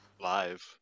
Live